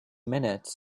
minutes